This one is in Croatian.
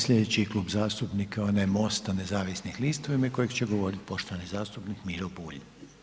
Slijedeći Klub zastupnika je onaj MOST-a nezavisnih lista u ime koje će govoriti poštovani zastupnik Miro Bulj.